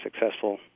successful